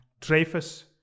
Dreyfus